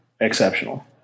exceptional